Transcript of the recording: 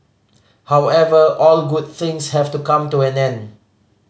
however all good things have to come to an end